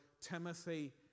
Timothy